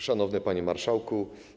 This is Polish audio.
Szanowny Panie Marszałku!